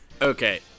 Okay